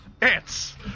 Ants